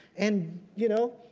and you know,